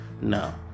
no